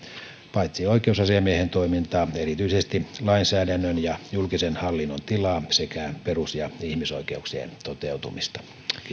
paitsi oikeusasiamiehen toimintaa erityisesti lainsäädännön ja julkisen hallinnon tilaa sekä perus ja ihmisoikeuksien toteutumista kiitos